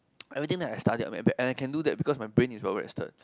everything that I studied I map back and I can do that because my brain is over rested